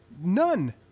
none